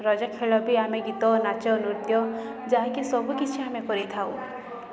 ରଜ ଖେଳ ବି ଆମେ ଗୀତ ନାଚ ନୃତ୍ୟ ଯାଇକି ସବୁକିଛି ଆମେ କରିଥାଉ